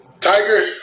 Tiger